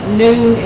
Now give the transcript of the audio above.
noon